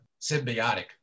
symbiotic